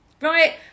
right